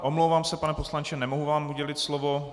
Omlouvám se, pane poslanče, nemohu vám udělit slovo.